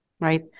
right